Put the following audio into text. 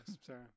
sorry